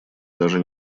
даже